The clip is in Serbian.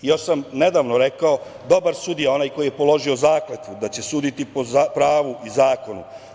Još sam nedavno rekao, dobar je sudija onaj koji je položio zakletvu da će suditi po pravu i zakonu.